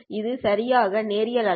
இது சரியாக நேரியல் அல்ல